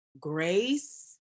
grace